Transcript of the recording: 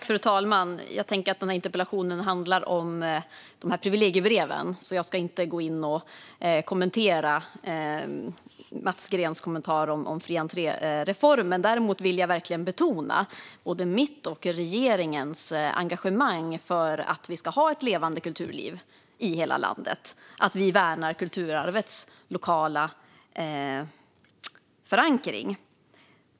Fru talman! Eftersom interpellationen handlar om de här privilegiebreven ska jag inte gå in och kommentera det Mats Green sa om fri-entré-reformen. Däremot vill jag verkligen betona både mitt och regeringens engagemang för att vi ska ha ett levande kulturliv i hela landet och att vi värnar kulturarvets lokala förankring.